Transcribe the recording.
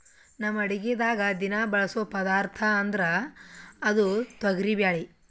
ನಮ್ ಅಡಗಿದಾಗ್ ದಿನಾ ಬಳಸೋ ಪದಾರ್ಥ ಅಂದ್ರ ಅದು ತೊಗರಿಬ್ಯಾಳಿ